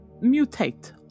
mutate